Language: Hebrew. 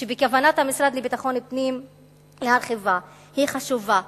שבכוונת המשרד לביטחון פנים להרחיבה, היא חשובה,